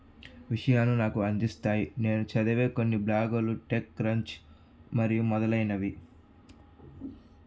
విషయాలను నాకు అందిస్తాయి నేను చదివే కొన్ని బ్లాగులు టెక్ క్రంచ్ మరియు మొదలైనవి